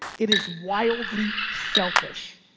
it is wildly selfish.